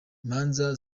imanza